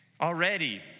Already